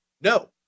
No